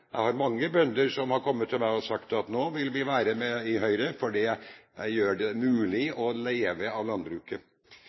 jeg bekrefte det motsatte. Det er mange bønder som har kommet til meg og sagt at nå vil vi være med i Høyre, for det gjør det mulig